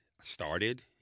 started